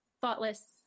thoughtless